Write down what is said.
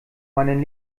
meinen